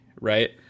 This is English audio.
right